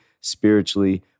spiritually